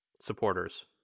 supporters